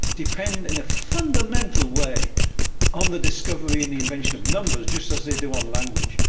depend in a fundamental way on the discovery and the invention of numbers, just as they do on language.